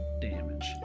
damage